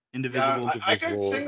Indivisible